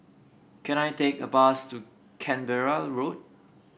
can I take a bus to Canberra Road